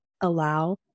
allow